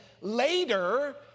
later